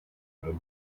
road